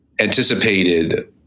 anticipated